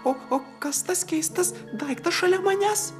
o o kas tas keistas daiktas šalia manęs